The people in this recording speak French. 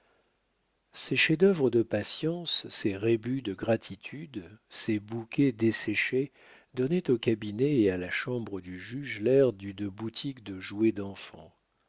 ces chefs-d'œuvre de patience ces rébus de gratitude ces bouquets desséchés donnaient au cabinet et à la chambre du juge l'air d'une boutique de jouets d'enfant